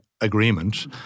Agreement